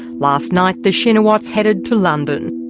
last night the shinawatras headed to london.